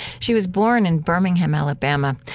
she was born in birmingham, alabama,